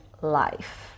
life